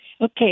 Okay